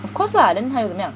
of course lah then 还有怎么样